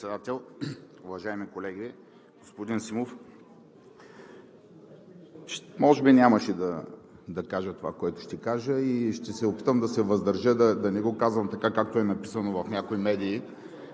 Уважаеми господин Председател, уважаеми колеги! Господин Симов, може би нямаше да кажа това, което ще кажа, и ще се опитам да се въздържа да не го казвам така, както е написано в някои медии.